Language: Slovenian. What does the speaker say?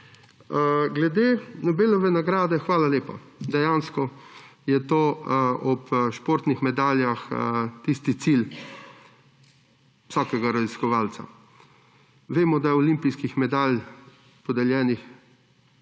Glede Nobelove nagrade, hvala lepa, dejansko je to ob športnih medaljah tisti cilj vsakega raziskovalca. Vemo, da je olimpijskih medalj podeljenih